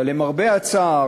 אבל למרבה הצער,